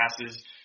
passes